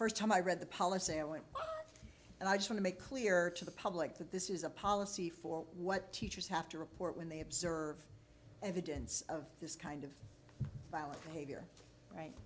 first time i read the policy i want and i try to make clear to the public that this is a policy for what teachers have to report when they observe evidence of this kind of violent behavior right